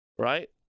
right